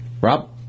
Rob